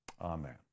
Amen